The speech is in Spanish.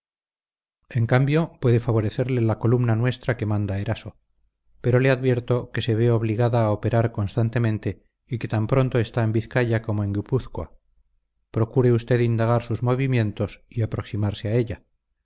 en cambio puede favorecerle la columna nuestra que manda eraso pero le advierto que se ve obligada a operar constantemente y que tan pronto está en vizcaya como en guipúzcoa procure usted indagar sus movimientos y aproximarse a ella